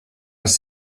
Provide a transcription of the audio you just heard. les